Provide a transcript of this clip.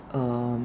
um